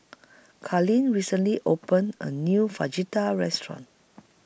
Kaitlin recently opened A New Fajitas Restaurant